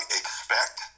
expect